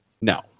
No